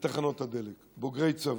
בתחנות הדלק, בוגרי צבא.